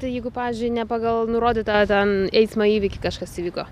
jeigu pavyzdžiui ne pagal nurodytą ten eismo įvykį kažkas įvyko